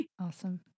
Awesome